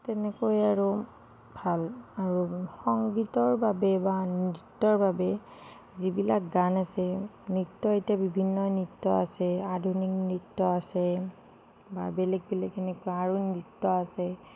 তেনেকৈয়ে আৰু ভাল আৰু সংগীতৰ বাবে বা নৃত্য়ৰ বাবে যিবিলাক গান আছে নৃত্য় এতিয়া বিভিন্ন নৃত্য় আছে আধুনিক নৃত্য় আছে বা বেলেগ বেলেগ তেনেকুৱা আৰু নৃত্য় আছে